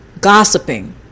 gossiping